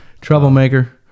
Troublemaker